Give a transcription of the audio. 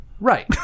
Right